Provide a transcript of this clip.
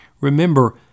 remember